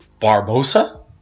Barbosa